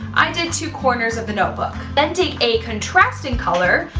i did two corners of the notebook. then take a contrasting color,